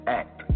act